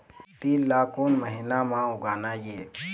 तील ला कोन महीना म उगाना ये?